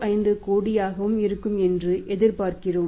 05 கோடியாகவும் இருக்கும் என்று எதிர்பார்க்கிறோம்